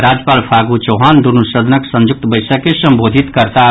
राज्यपाल फागू चौहान दुनू सदनक संयुक्त बैसक के संबोधित करताह